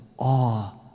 awe